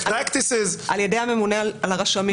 על ידי הממונה על הרשמים.